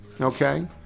Okay